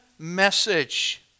message